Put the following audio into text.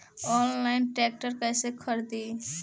Online tractor कैसे खरदी?